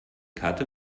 karte